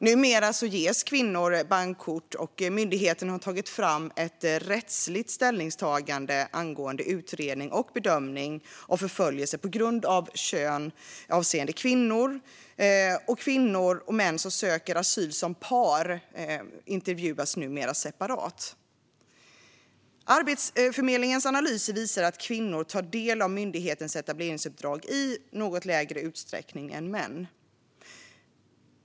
Numera ges kvinnor bankkort, och myndigheten har tagit fram ett rättsligt ställningstagande angående utredning och bedömning av förföljelse på grund av kön avseende kvinnor. Vidare intervjuas kvinnor och män som söker asyl som par separat. Arbetsförmedlingens analyser visar att kvinnor tar del av myndighetens etableringsuppdrag i något lägre utsträckning än män.